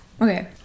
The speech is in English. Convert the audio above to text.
okay